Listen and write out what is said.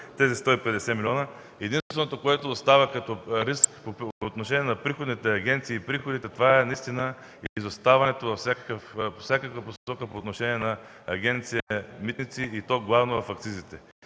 тези 150 милиона. Единственото, което остана като риск по отношение на приходните агенции и приходите, това наистина е изоставането във всякаква посока по отношение на Агенция „Митници”, и то главно в акцизите.